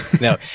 No